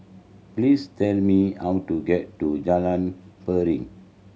please tell me how to get to Jalan Piring